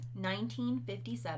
1957